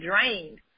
drained